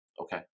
okay